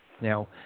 now